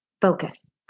Focus